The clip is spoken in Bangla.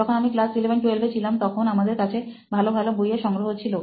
যখন আমি ক্লাস 11 12 এ ছিলাম তখন আমাদের কাছে ভালো ভালো বই এর সংগ্রহ ছিল